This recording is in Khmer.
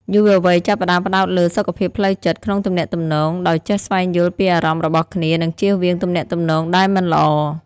យុវវ័យចាប់ផ្ដើមផ្ដោតលើ «សុខភាពផ្លូវចិត្ត» ក្នុងទំនាក់ទំនង ដោយចេះស្វែងយល់ពីអារម្មណ៍របស់គ្នា និងចៀសវាងទំនាក់ទំនងដែលមិនល្អ។